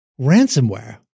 ransomware